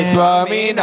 Swami